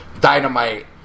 dynamite